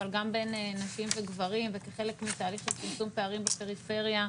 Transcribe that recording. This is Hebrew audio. אבל גם בין נשים וגברים וכחלק מתהליך של צמצום פערים בפריפריה,